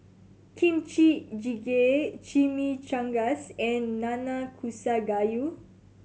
Kimchi Jjigae Chimichangas and Nanakusa Gayu